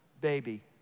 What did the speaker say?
baby